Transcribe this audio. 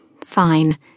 Fine